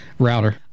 router